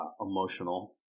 emotional